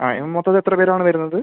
ആ മ് മൊത്തത്തിൽ എത്ര പേരാണ് വരുന്നത്